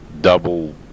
double